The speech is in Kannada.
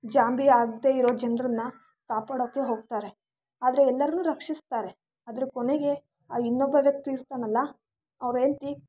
ಜಾಂಬಿ ಆಗದೇ ಇರೋ ಜನರನ್ನ ಕಾಪಾಡಕ್ಕೆ ಹೋಗ್ತಾರೆ ಆದರೆ ಎಲ್ಲರ್ನೂ ರಕ್ಷಿಸ್ತಾರೆ ಆದರೆ ಕೊನೆಗೆ ಆ ಇನ್ನೊಬ್ಬ ವ್ಯಕ್ತಿ ಇರ್ತಾನಲ್ಲ ಅವರ ಹೆಂಡ್ತಿ